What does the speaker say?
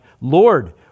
Lord